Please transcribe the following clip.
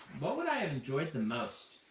what would i have enjoyed the most?